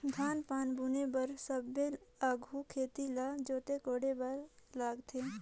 धान पान बुने बर सबले आघु खेत ल जोते कोड़े बर लगथे